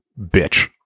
bitch